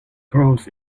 grows